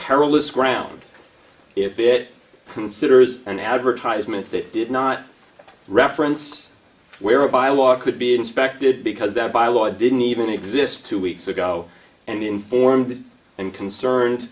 perilous ground if it considers an advertisement that did not reference whereby a lot could be inspected because that by law didn't even exist two weeks ago and the informed and concerned